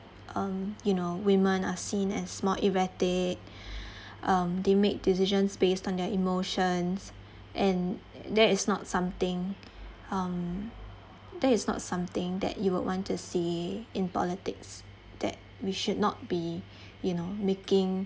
um you know women are seen as more erratic um they make decisions based on their emotions and that is not something um that is not something that you would want to see in politics that we should not be you know making